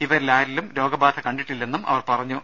ഇവരിലാരിലും രോഗ ബാധ കണ്ടിട്ടില്ലെന്നും അവർ പറഞ്ഞു